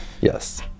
yes